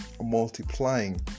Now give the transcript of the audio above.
multiplying